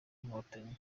inkotanyi